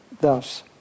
thus